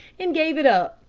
and gave it up.